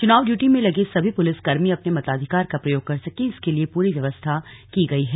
चुनाव ड्यूटी में लगे सभी पुलिस कर्मी अपने मताधिकार का प्रयोग कर सकें इसके लिए पूरी व्यवस्था की गई है